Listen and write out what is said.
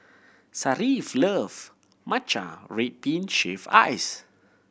Sharif loves matcha red bean shaved ice